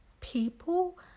people